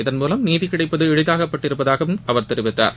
இதன்மூவம் நீதி கிடைப்பது எளிதாக்கப்பட்டிருப்பதாகவம் அவர் தெரிவித்தார்